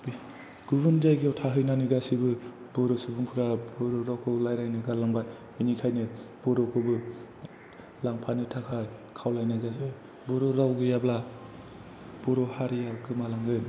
गुबुन जायगायाव थाहैनानै गासैबो बर' सुबुंफोरा बर' रावखौ रायलायनो गारलांबाय बेनिखायनो बर'खौबो लांफानो थाखाय खावलायनाय जायो बर' राव गैयाब्ला बर' हारिया गोमालांगोन